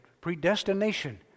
Predestination